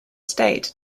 state